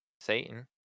Satan